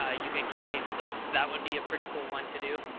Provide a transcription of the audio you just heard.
ah you could curate lists, that would be a pretty cool one to do.